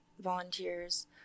volunteers